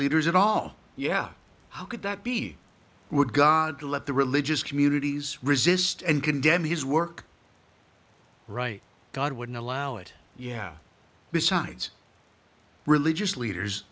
leaders at all yeah how could that be would god let the religious communities resist and condemn his work right god wouldn't allow it yeah besides religious leaders